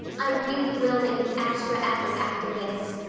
i really will make an extra effort after this.